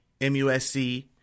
MUSC